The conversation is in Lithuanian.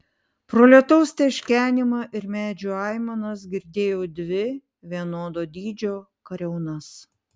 pro lietaus teškenimą ir medžių aimanas girdėjau dvi vienodo dydžio kariaunas